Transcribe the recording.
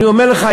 אני אומר לך,